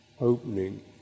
opening